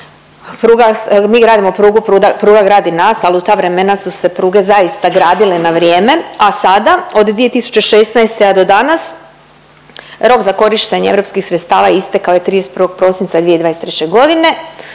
Mi gradimo prugu, pruga gradi nas, al u ta vremena su se pruge zaista gradile na vrijeme. A sada od 2016. do danas rok za korištenje europskih sredstava istekao je 31. prosinca 2023.g.